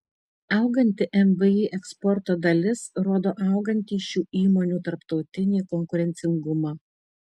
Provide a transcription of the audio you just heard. auganti mvį eksporto dalis rodo augantį šių įmonių tarptautinį konkurencingumą